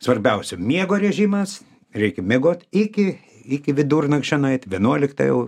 svarbiausia miego rėžimas reikia miegot iki iki vidurnakčio nueit vienuoliktą jau